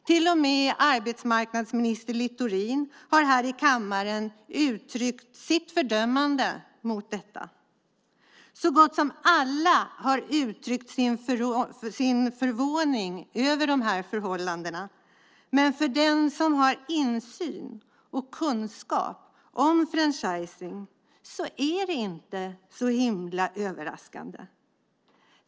Till och med arbetsmarknadsminister Littorin har här i kammaren uttryckt sitt fördömande av detta. Så gott som alla har uttryckt sin förvåning över de här förhållandena. Men för den som har insyn i och kunskap om franchising är det inte så himla överraskande.